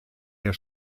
der